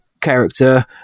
character